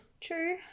True